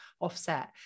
offset